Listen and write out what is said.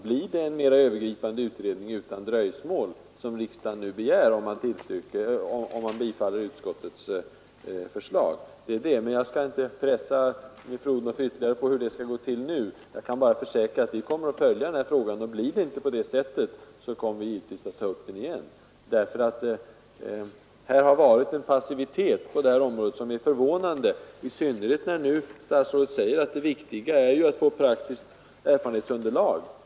Blir det en mera övergripande utredning utan dröjsmål, som riksdagen har begärt, om man bifaller utskottets hemställan? Jag skall inte nu pressa fru Odhnoff ytterligare på hur det skall gå till; jag kan bara försäkra att vi kommer att följa den här frågan. Blir det inte en utredning utan dröjsmål kommer vi givetvis att ta upp den igen. På det här området har det varit en passivitet som är förvånande, i synnerhet som statsrådet nu säger att det viktiga är att få ett erfarenhetsunderlag.